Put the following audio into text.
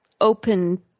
open